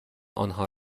آنها